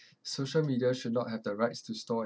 social media should not have the rights to store